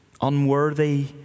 Unworthy